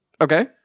Okay